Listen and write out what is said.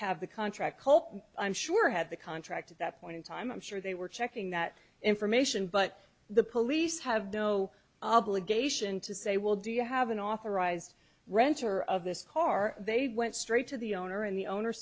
have the contract cult i'm sure had the contract at that point in time i'm sure they were checking that information but the police have no obligation to say well do you have an authorized renter of this car they went straight to the owner and the owner